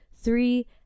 Three